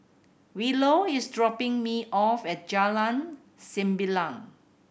Willow is dropping me off at Jalan Sembilang